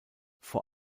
vor